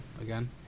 again